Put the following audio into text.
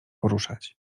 poruszać